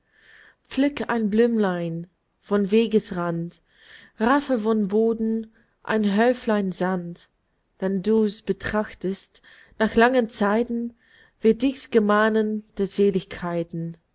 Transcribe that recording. ein blümlein vom wegesrand raffe vom boden ein häuflein sand wenn du's betrachtest nach langen zeiten wird dich's gemahnen der seligkeiten